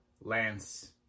lance